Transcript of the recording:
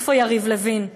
איפה יריב לוין?